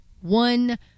One